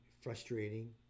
frustrating